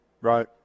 Right